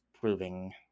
proving